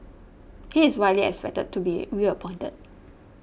he is widely expected to be reappointed